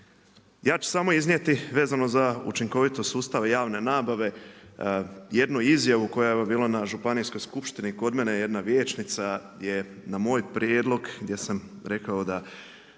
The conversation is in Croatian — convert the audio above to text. Ja ću samo iznijeti vezano za učinkovitost sustava javne nabave jednu izjavu koja je evo bila na županijskoj skupštini kod mene je jedna vijećnica je na moj prijedlog, gdje sam rekao da